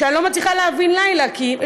ואני לא מצליחה להבין למה,